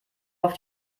auf